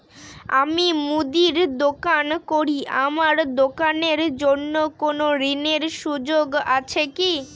আমি মুদির দোকান করি আমার দোকানের জন্য কোন ঋণের সুযোগ আছে কি?